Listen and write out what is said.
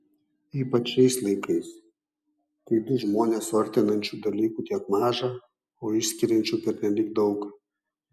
ypač šiais laikais kai du žmones suartinančių dalykų tiek maža o išskiriančių pernelyg daug